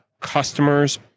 customers